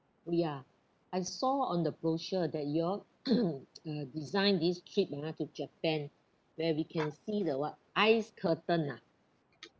oh ya I saw on the brochure that you all uh design this trip ah to japan where we can see the what ice curtain ah